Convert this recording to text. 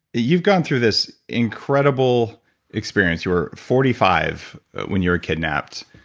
you've gone through this incredible experience. you were forty five when you were kidnapped,